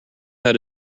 how